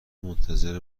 منتظر